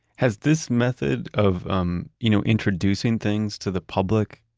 has this method of um you know introducing things to the public,